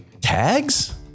tags